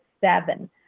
seven